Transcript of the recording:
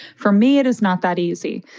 for me it is not that easy.